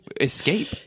escape